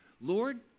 Lord